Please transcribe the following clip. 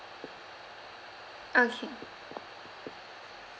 okay